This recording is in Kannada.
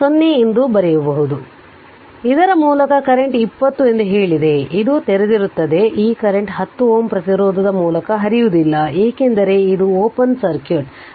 ಆದ್ದರಿಂದ ಇದರ ಮೂಲಕ ಕರೆಂಟ್ 20 ಎಂದು ಹೇಳಿದೆ ಇದು ತೆರೆದಿರುತ್ತದೆ ಈ ಕರೆಂಟ್ವು 10 Ω ಪ್ರತಿರೋಧದ ಮೂಲಕ ಹರಿಯುವುದಿಲ್ಲ ಏಕೆಂದರೆ ಇದು ಓಪನ್ ಸರ್ಕ್ಯೂಟ್ ಆಗಿದೆ